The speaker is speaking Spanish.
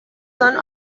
son